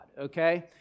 okay